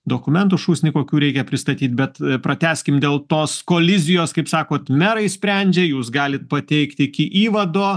dokumentų šūsnį kokių reikia pristatyt bet pratęskim dėl tos kolizijos kaip sakot merai sprendžia jūs galit pateikt iki įvado